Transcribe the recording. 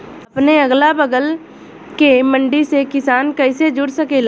अपने अगला बगल के मंडी से किसान कइसे जुड़ सकेला?